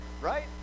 right